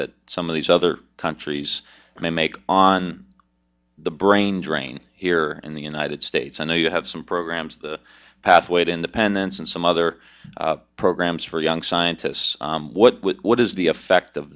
that some of these other countries may make on the brain drain here in the united states i know you have some programs the pathway to independence and some other programs for young scientists what has the effect of